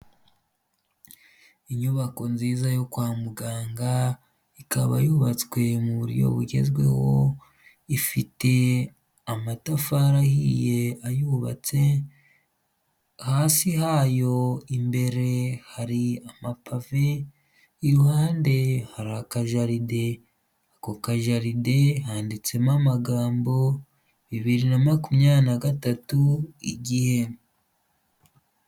Inyubako nziza yo kwa muganga, ikaba yubatswe mu buryo bugezweho, ifite amatafari ahiye ayubatse, hasi hayo imbere hari amapave, iruhande hari akajaride, ako kajarde handitsemo amagambo bibiri na makumyabiri na gatatu igihe.